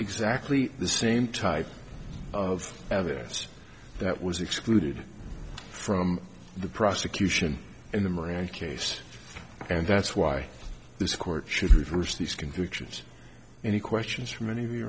exactly the same type of evidence that was excluded from the prosecution in the miranda case and that's why this court should reverse these convictions any questions from any